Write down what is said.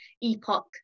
epoch